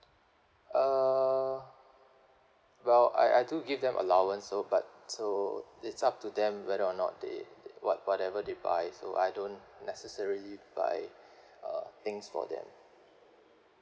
uh well I I do give them allowance so but so it's up to them whether or not they what whatever they buy so I don't necessarily buy uh things for them